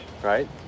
right